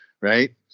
Right